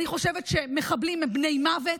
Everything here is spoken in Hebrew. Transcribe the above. אני חושבת שמחבלים הם בני מוות.